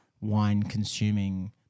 wine-consuming